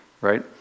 right